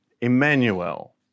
Emmanuel